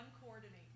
Uncoordinated